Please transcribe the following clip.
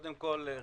בבקשה אופיר כץ.